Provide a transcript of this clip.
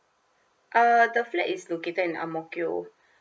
uh the flat is located in ang mo kio